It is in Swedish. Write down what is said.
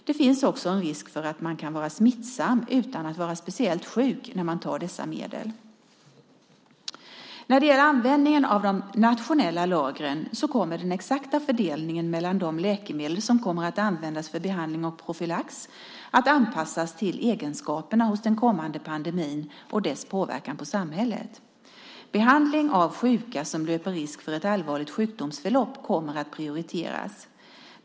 Det finns också en risk för att man kan vara smittsam utan att vara speciellt sjuk när man tar dessa medel. När det gäller användningen av de nationella lagren kommer den exakta fördelningen mellan de läkemedel som kommer att användas för behandling och profylax att anpassas till egenskaperna hos den kommande pandemin och dess påverkan på samhället. Behandling av sjuka som löper risk för ett allvarligt sjukdomsförlopp kommer att prioriteras.